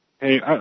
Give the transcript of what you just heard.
Hey